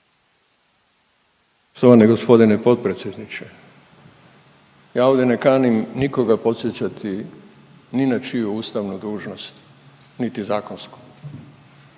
Štovani g. potpredsjedniče, ja ovdje ne kanim nikoga podsjećati ni na čiju ustavnu dužnost niti zakonsku,